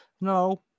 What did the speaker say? No